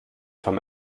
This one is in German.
vom